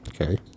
Okay